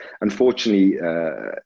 unfortunately